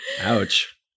Ouch